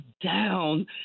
down